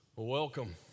Welcome